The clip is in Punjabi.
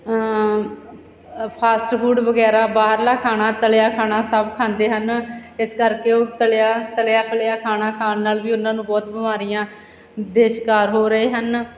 ਫਾਸਟ ਫੂਡ ਵਗੈਰਾ ਬਾਹਰਲਾ ਖਾਣਾ ਤਲਿਆ ਖਾਣਾ ਸਭ ਖਾਂਦੇ ਹਨ ਇਸ ਕਰਕੇ ਉਹ ਤਲਿਆ ਤਲਿਆ ਪਲਿਆ ਖਾਣਾ ਖਾਣ ਨਾਲ ਵੀ ਉਹਨਾਂ ਨੂੰ ਬਹੁਤ ਬਿਮਾਰੀਆਂ ਦੇ ਸ਼ਿਕਾਰ ਹੋ ਰਹੇ ਹਨ